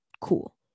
cool